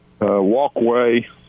walkway